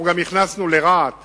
הכנסנו גם לרהט